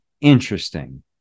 interesting